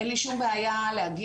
אין לי שום בעיה להגיע,